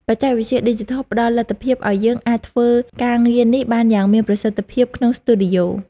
បច្ចេកវិទ្យាឌីជីថលផ្ដល់លទ្ធភាពឱ្យយើងអាចធ្វើការងារនេះបានយ៉ាងមានប្រសិទ្ធភាពក្នុងស្ទូឌីយោ។